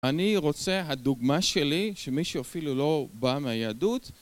אני רוצה, הדוגמה שלי, שמי שאפילו לא בא מהיהדות